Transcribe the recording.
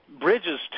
bridges